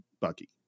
Bucky